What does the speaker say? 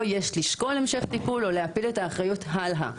"יש לשקול המשך טיפול" או להפיל את האחריות הלאה.